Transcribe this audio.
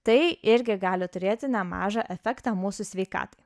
tai irgi gali turėti nemažą efektą mūsų sveikatai